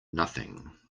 nothing